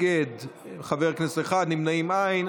מתנגד אחד, נמנעים, אין.